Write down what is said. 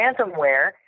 ransomware